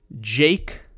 Jake